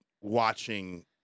watching